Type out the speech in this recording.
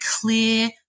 clear